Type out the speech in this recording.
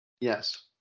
Yes